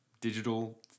digital